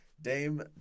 Dame